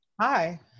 Hi